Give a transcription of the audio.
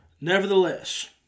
Nevertheless